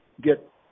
get